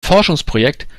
forschungsprojekt